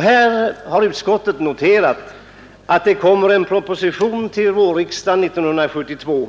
Här har utskottet noterat att det kommer en proposition till vårriksdagen 1972.